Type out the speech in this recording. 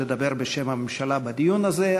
שתדבר בשם הממשלה בדיון הזה.